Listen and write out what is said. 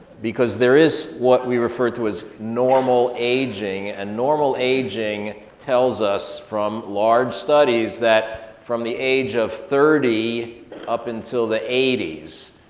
because there is what we refer to as normal aging, and normal aging tells us from large studies that from the age of thirty up until the eighty s,